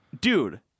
dude